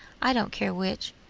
i don't care which.